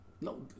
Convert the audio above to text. No